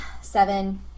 seven